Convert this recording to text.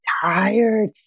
tired